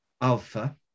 Alpha